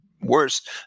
worse